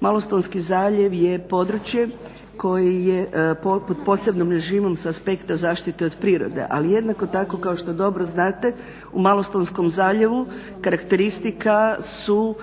Malostonski zaljev je područje koje je …/Govornik se ne razumije./… sa aspekta zaštite zaštite od prirode. Ali jednako tako kao što dobro znate u Malostonskom zaljevu karakteristika su